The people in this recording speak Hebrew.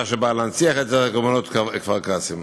שבאה להנציח את זכר קורבנות כפר-קאסם.